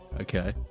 Okay